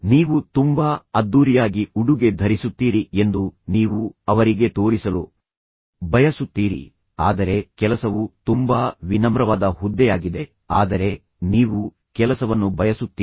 ನೀವು ತುಂಬಾ ಅದ್ದೂರಿಯಾಗಿ ಉಡುಗೆ ಧರಿಸುತ್ತೀರಿ ಎಂದು ನೀವು ಅವರಿಗೆ ತೋರಿಸಲು ಬಯಸುತ್ತೀರಿ ಆದರೆ ಕೆಲಸವು ತುಂಬಾ ವಿನಮ್ರವಾದ ಹುದ್ದೆಯಾಗಿದೆ ಆದರೆ ನೀವು ಕೆಲಸವನ್ನು ಬಯಸುತ್ತೀರಿ